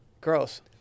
Gross